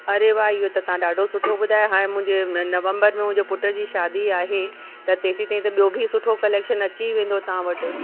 अड़े वाह इहो त तव्हां ॾाढो ॿुधायो हाणे मुंहिंजे नवंबर में मुंहिंजे पुट जी शादी आहे त तेसिताईं त ॿियो बि सुठो कलेक्शन अची वेंदो तव्हां वटि